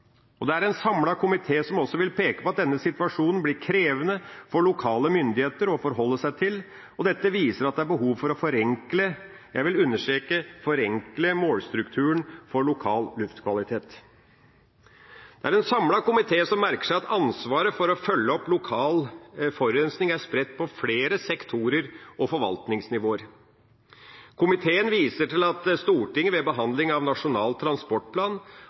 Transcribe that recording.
tiltak. Det er en samlet komité som også vil peke på at denne situasjonen blir krevende for lokale myndigheter å forholde seg til, og dette viser at det er behov for å forenkle – jeg vil understreke forenkle – målstrukturen for lokal luftkvalitet. Det er en samlet komité som merker seg at ansvaret for å følge opp lokal forurensning er spredt på flere sektorer og forvaltningsnivåer. Komiteen viser til at Stortinget ved behandling av Nasjonal transportplan